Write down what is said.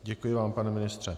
Děkuji vám, pane ministře.